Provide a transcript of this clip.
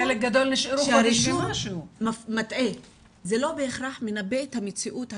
שהרישום מטה לא בהכרח מנבא את המציאות הקיימת.